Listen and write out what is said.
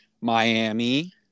Miami